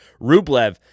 Rublev